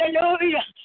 hallelujah